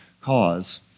cause